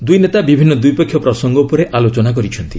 ଦୁଇ ନେତା ବିଭିନ୍ନ ଦ୍ୱିପକ୍ଷୀୟ ପ୍ରସଙ୍ଗ ଉପରେ ଆଲୋଚନା କରିଛନ୍ତି